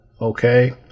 okay